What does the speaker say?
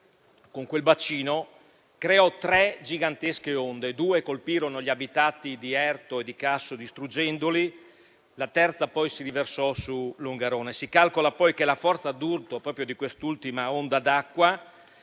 con quel bacino creò tre gigantesche onde, due colpirono gli abitati di Erto e di Casso distruggendoli, la terza poi si riversò su Longarone. Si calcola poi che la forza d'urto proprio di quest'ultima onda d'acqua,